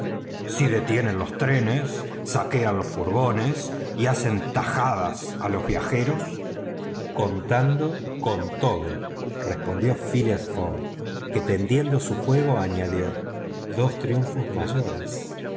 si detienen los trenes saquean los furgones y hacen tajadas a los viajeros contando con todo respondió phileas fogg que tendiendo su juego añadió dos triunfos mayores